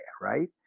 right